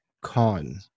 con